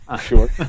sure